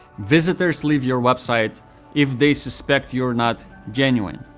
visitors leave your website if they suspect you are not genuine.